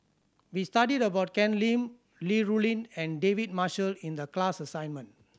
we studied about Ken Lim Li Rulin and David Marshall in the class assignment